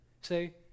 say